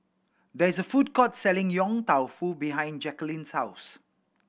there is a food court selling Yong Tau Foo behind Jacqulyn's house